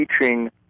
teaching